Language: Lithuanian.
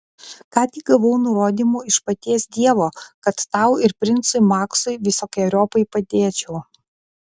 ką tik gavau nurodymų iš paties dievo kad tau ir princui maksui visokeriopai padėčiau